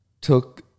took